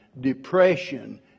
depression